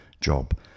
job